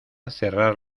cerrar